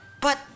but-